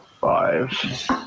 five